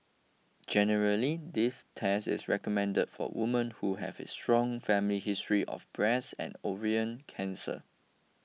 generally this test is recommended for women who have a strong family history of breast and ovarian cancer